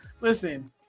Listen